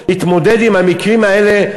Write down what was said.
להתמודד עם המקרים האלה,